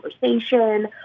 conversation